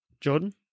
Jordan